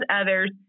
others